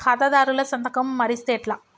ఖాతాదారుల సంతకం మరిస్తే ఎట్లా?